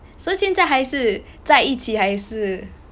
so 现在还是在一起还是